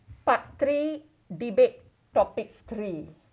part three debate topic three